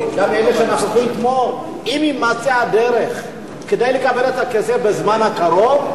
גם אלה שנכחו אתמול: אם תימצא הדרך כדי לקבל את הכסף בזמן הקרוב,